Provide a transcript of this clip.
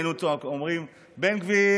שהיינו אומרים: "בן גביר,